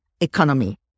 economy